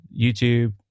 YouTube